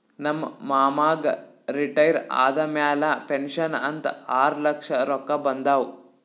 ನಮ್ ಮಾಮಾಗ್ ರಿಟೈರ್ ಆದಮ್ಯಾಲ ಪೆನ್ಷನ್ ಅಂತ್ ಆರ್ಲಕ್ಷ ರೊಕ್ಕಾ ಬಂದಾವ್